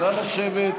שב.